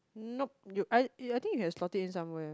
nope you I I think you can slot it in somewhere